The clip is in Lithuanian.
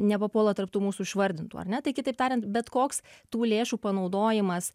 nepapuola tarp tų mūsų išvardintų ar ne tai kitaip tariant bet koks tų lėšų panaudojimas